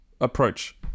approach